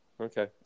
Okay